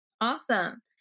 Awesome